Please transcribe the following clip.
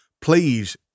please